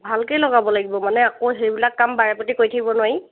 ভালকেই লগাব লাগিব মানে আকৌ সেইবিলাক কাম বাৰেপতি কৰি থাকিব নোৱাৰি